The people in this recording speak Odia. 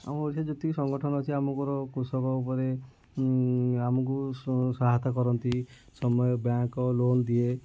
ଆମ ଓଡ଼ିଶାରେ ଯେତିକି ସଂଗଠନ ଅଛି କୃଷକ ଉପରେ ଆମକୁ ସହାୟତା କରନ୍ତି ସମୟ ବ୍ୟାଙ୍କ୍ ଲୋନ୍ ଦିଏ